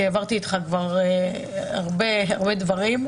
כי העברתי אתך כבר הרבה דברים,